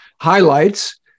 highlights